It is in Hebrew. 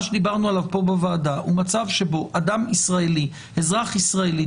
מה שדיברנו עליו פה בוועדה הוא מצב שבו אזרח ישראלי,